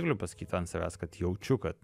galiu pasakyt ant savęs kad jaučiu kad